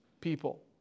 people